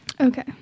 Okay